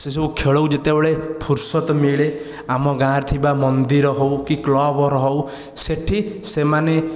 ସେସବୁ ଖେଳରୁ ଯେତେବେଳେ ଫୁରସତ ମିଳେ ଆମ ଗାଁରେ ଥିବା ମନ୍ଦିର ହେଉ କି କ୍ଲବ ଘର ହେଉ ସେଠି ସେମାନେ